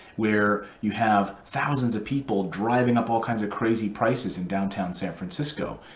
where you have thousands of people driving up all kinds of crazy prices in downtown san francisco.